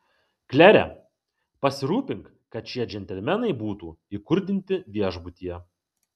klere pasirūpink kad šie džentelmenai būtų įkurdinti viešbutyje